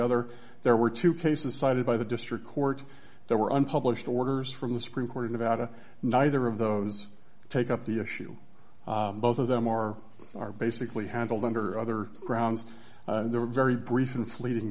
other there were two cases cited by the district court there were unpublished orders from the supreme court in about a neither of those take up the issue both of them are are basically handled under other grounds they were very brief and fleeting